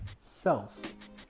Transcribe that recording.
self